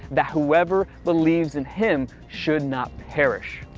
that whoever believes in him should not perish.